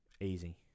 Easy